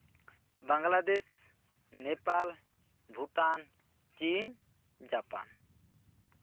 ᱵᱟᱝᱞᱟᱫᱮᱥ ᱱᱮᱯᱟᱞ ᱵᱷᱩᱴᱟᱱ ᱪᱤᱱ ᱡᱟᱯᱟᱱ